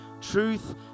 Truth